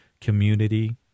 community